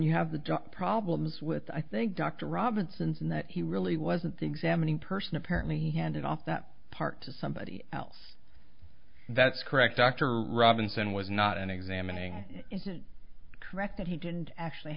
you have the drug problems with i think dr robinson's in that he really wasn't the examining person apparently he handed off that part to somebody else that's correct dr robinson was not an examining isn't correct that he didn't actually